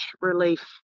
relief